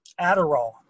Adderall